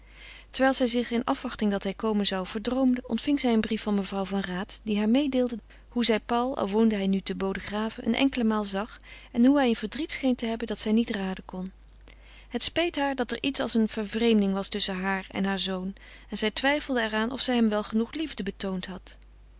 terwijl zij zich in afwachting dat hij komen zou verdroomde ontving zij een brief van mevrouw van raat die haar mededeelde hoe zij paul al woonde hij nu te bodegraven een enkele maal zag en hoe hij een verdriet scheen te hebben dat zij niet raden kon het speet haar dat er iets als eene vervreemding was tusschen haar en heur zoon en zij twijfelde er aan of zij hem wel altijd genoeg liefde betoond had